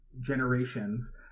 generations